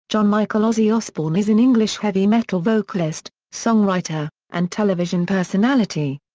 john michael ozzy osbourne is an english heavy metal vocalist, songwriter, and television personality.